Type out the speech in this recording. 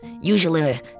usually